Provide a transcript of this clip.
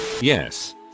yes